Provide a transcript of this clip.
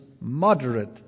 moderate